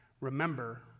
remember